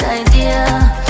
idea